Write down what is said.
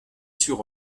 sur